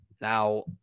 Now